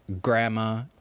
Grandma